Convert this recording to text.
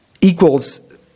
equals